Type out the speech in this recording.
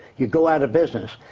you go out of business.